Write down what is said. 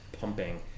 pumping